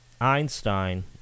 einstein